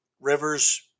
Rivers